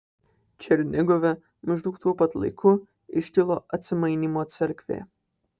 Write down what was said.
černigove maždaug tuo pat laiku iškilo atsimainymo cerkvė